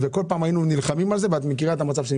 כל פעם אנחנו נלחמים על זה ואת יודעת מה המצב.